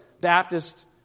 Baptist